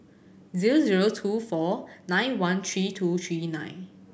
zero zero two four nine one three two three nine